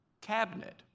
cabinet